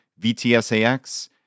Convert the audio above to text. VTSAX